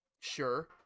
Sure